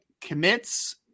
commits